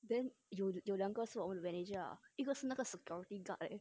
then 有有两个是我们的 manager ah 一个是那个 security guard 来的